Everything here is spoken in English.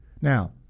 now